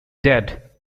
dead